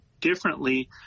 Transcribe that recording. differently